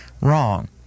wrong